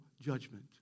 judgment